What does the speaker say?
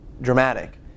dramatic